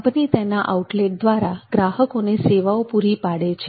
company તેના outlet દ્વારા ગ્રાહકોને સેવાઓ પૂરી પાડે છે